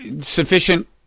sufficient